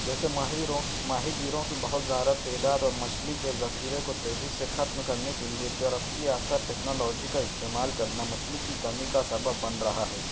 جیسے ماہروں ماہی گیروں کی بہت زیادہ تعداد اور مچھلی کے ذخیرے کو تیزی سے ختم کرنے کے لیے ترقی یافتہ ٹیکنالوجی کا استعمال کرنا مچھلی کی کمی کا سبب بن رہا ہے